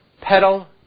pedal